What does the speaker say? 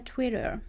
Twitter